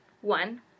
One